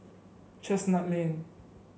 Chestnut Lane